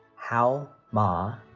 hao ma,